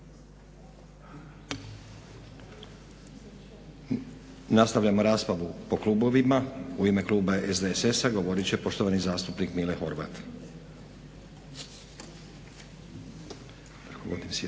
Nastavljamo raspravu po klubovima. U ime kluba HSU-a govorit će poštovana zastupnica Višnja